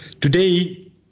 today